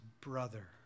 brother